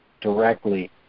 directly